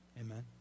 Amen